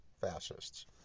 fascists